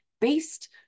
based